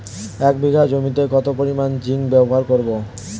এক বিঘা জমিতে কত পরিমান জিংক ব্যবহার করব?